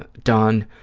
but done,